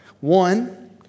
One